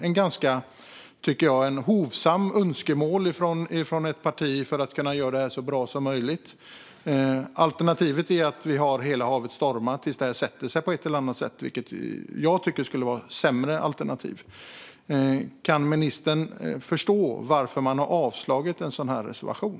Det är ett ganska hovsamt önskemål från ett parti för att kunna göra det så bra som möjligt. Alternativet är att vi har hela havet stormar tills det sätter sig på ett eller annat sätt. Jag tycker att det skulle vara ett sämre alternativ. Kan ministern förstå varför man har avstyrkt en sådan reservation?